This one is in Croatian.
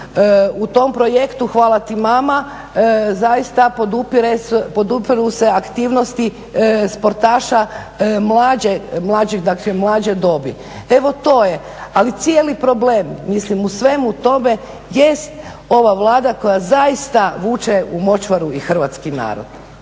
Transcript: U tom projektu "Hvala ti mama" zaista podupiru se aktivnosti sportaša mlađe dobi. Evo to je. Ali cijeli problem mislim u svemu tome jest ova Vlada koja zaista vuče u močvaru i hrvatski narod.